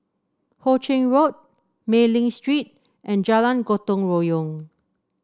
Ho Ching Road Mei Ling Street and Jalan Gotong Royong